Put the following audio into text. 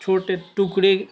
چھوٹے ٹکڑے